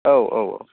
औ औ औ